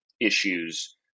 issues